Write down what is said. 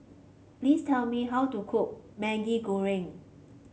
please tell me how to cook Maggi Goreng